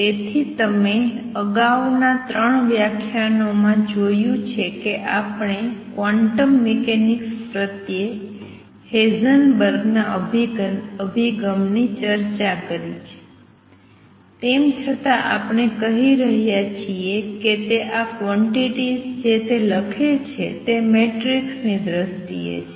તેથી તમે અગાઉના 3 વ્યાખ્યાનોમાં જોયું છે કે આપણે ક્વોન્ટમ મિકેનિક્સ પ્રત્યે હેઇન્સબર્ગ ના અભિગમની ચર્ચા કરી છે તેમ છતાં આપણે કહી રહ્યા છીએ કે તે આ ક્વોંટીટીઝ જે તે લખે છે તે મેટ્રિક્સની દ્રષ્ટિએ છે